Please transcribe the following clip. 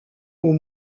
aux